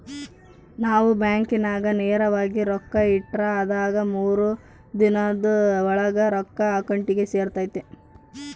ನಾವು ಬ್ಯಾಂಕಿನಾಗ ನೇರವಾಗಿ ರೊಕ್ಕ ಇಟ್ರ ಅದಾಗಿ ಮೂರು ದಿನುದ್ ಓಳಾಗ ರೊಕ್ಕ ಅಕೌಂಟಿಗೆ ಸೇರ್ತತೆ